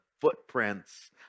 footprints